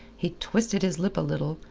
he twisted his lip a little,